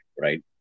right